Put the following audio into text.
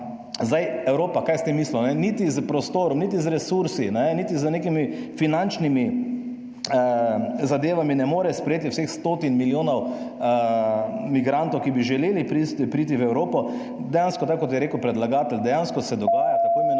Zdaj Evropa, kaj je s tem mislil, ne, niti s prostorom, niti z resursi, niti z nekimi finančnimi zadevami ne more sprejeti vseh stotin milijonov migrantov, ki bi želeli priti v Evropo. Dejansko tako kot je rekel predlagatelj, dejansko se dogaja t. i.